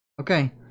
Okay